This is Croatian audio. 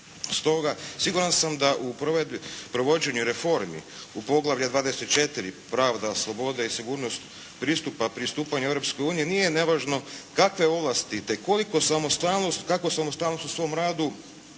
Stoga siguran sam da u provođenju reformi u poglavlju XXIV. – pravda, slobode i sigurnost pristupa pristupanju Europskoj uniji nije nevažno kakve ovlasti te koliko samostalnosti u svom radu